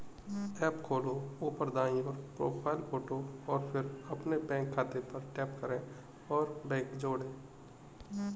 app खोलो, ऊपर दाईं ओर, प्रोफ़ाइल फ़ोटो और फिर अपने बैंक खाते पर टैप करें और बैंक जोड़ें